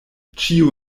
ĉiu